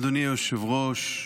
אדוני היושב-ראש,